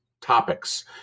topics